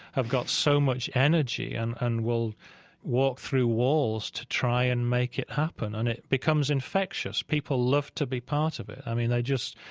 have got so much energy and and will walk through walls to try and make it happen? and it becomes infectious. people love to be part of it. i mean, they just,